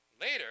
Later